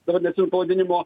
dabar neatsimenu pavadinimo